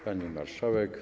Pani Marszałek!